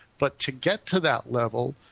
but to get to that level,